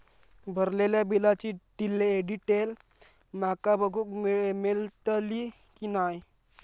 भरलेल्या बिलाची डिटेल माका बघूक मेलटली की नाय?